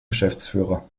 geschäftsführer